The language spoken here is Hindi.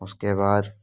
उसके बाद